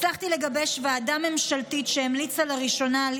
הצלחתי לגבש ועדה ממשלתית שהמליצה לראשונה על